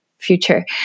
Future